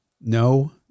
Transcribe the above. no